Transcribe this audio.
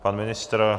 Pan ministr?